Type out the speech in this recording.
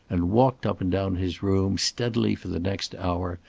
and walked up and down his room steadily for the next hour,